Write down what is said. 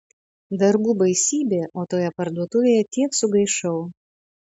darbų baisybė o toje parduotuvėje tiek sugaišau